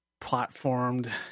platformed